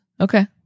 Okay